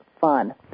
fun